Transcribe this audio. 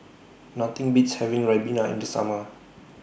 Nothing Beats having Ribena in The Summer